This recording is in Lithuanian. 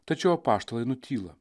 tačiau apaštalai nutyla